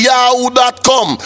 Yahoo.com